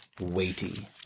weighty